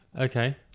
Okay